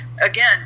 again